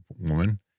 woman